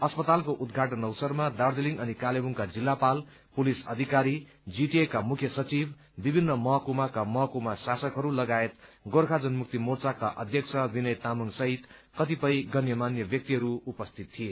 अस्पतालको उद्दृष्याटन अवसरमा दार्जीलिङ अनि कालेवुङका जिल्लापाल पुलिस अधिकारी जीटीएका मुख्य सचिव विभिन्न महकुमाका महकुमा शासकहरू लगायत गोर्खा जनमुक्ति मोर्चाका अध्यक्ष विनय तामाङ सहित कतिपय गणमान्य व्यक्तिहरू उपस्थित थिए